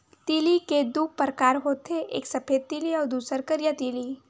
तिली के दू परकार होथे एक सफेद तिली अउ दूसर करिया तिली